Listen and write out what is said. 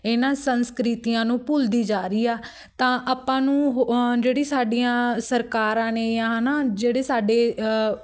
ਇਹਨਾਂ ਸੰਸਕ੍ਰਿਤੀਆਂ ਨੂੰ ਭੁੱਲਦੀ ਜਾ ਰਹੀ ਆ ਤਾਂ ਆਪਾਂ ਨੂੰ ਉਹ ਜਿਹੜੀ ਸਾਡੀਆਂ ਸਰਕਾਰਾਂ ਨੇ ਜਾਂ ਹੈ ਨਾ ਜਿਹੜੇ ਸਾਡੇ